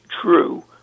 true